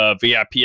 VIP